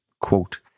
quote